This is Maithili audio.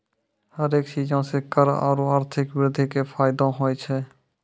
हरेक चीजो से कर आरु आर्थिक वृद्धि के फायदो होय छै